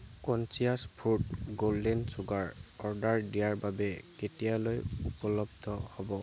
conscious Food Golden Sugar order দিয়াৰ বাবে কেতিয়ালৈ উপলব্ধ হ'ব